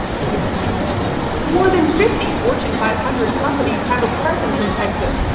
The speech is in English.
they wouldn't be coming here. more than fifty fortune five hundred companies have a presence in texas.